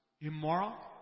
immoral